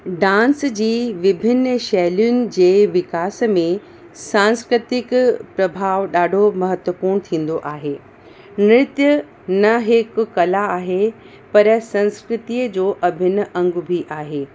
dance जी विभिन्न शैलियुनि जे विकास में सांस्कृतिक प्रभाव ॾाढो महत्वपूर्ण थींदो आहे नृत्य न हिकु कला आहे पर संस्कृतिअ जो अभिन्न अंग बि आहे